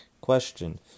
Question